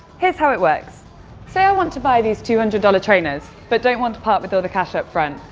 here's how it works say i want to buy these two hundred dollars ah ah trainers, but don't want to part with all the cash upfront.